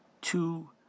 two